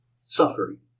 suffering